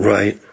Right